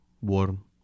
warm